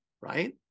Right